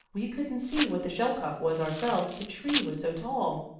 we couldn't see what the shelcuff was ourselves, the tree was so tall.